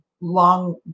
long